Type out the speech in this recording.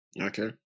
Okay